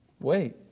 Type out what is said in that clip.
Wait